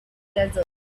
desert